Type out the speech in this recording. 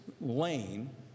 lane